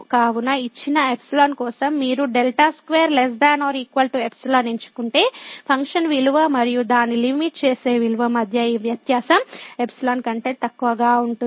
కావున ఇచ్చిన ϵ కోసం మీరు δ2≤ ϵ ఎంచుకుంటే ఫంక్షన్ విలువ మరియు దాని లిమిట్ చేసే విలువ మధ్య ఈ వ్యత్యాసం ϵ కంటే తక్కువగా ఉంటుంది